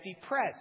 depressed